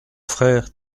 frère